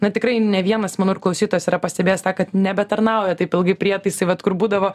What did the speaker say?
na tikrai ne vienas mano ir klausytojas yra pastebėjęs tą kad nebetarnauja taip ilgai prietaisai vat kur būdavo